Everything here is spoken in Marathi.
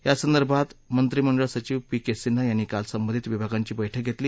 या संदर्भात मंत्रिमंडळ सचिव पी के सिन्हा यांनी काल संबंधित विभागांची बैठक घेतली